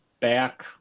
back